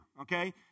Okay